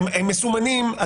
מסומנים,